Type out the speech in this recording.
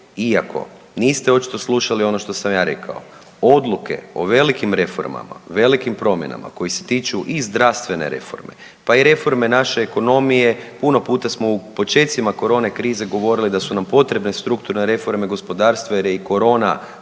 iako niste očito slušali ono što sam ja rekao. Odluke o velikim reformama, velikim promjenama koje se tiču i zdravstvene reforme pa i reforme naše ekonomije puno puta smo u počecima korona krize govorili da su nam potrebne strukturne reforme gospodarstva jer je i korona